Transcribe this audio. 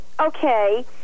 Okay